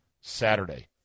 Saturday